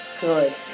good